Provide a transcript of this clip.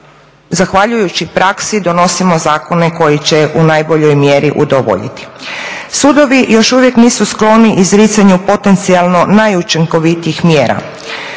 zahvaljujući praksi donosimo zakone koji će u najboljoj mjeri udovoljiti. Sudovi još uvijek nisu skloni izricanju potencijalno najučinkovitijih mjera.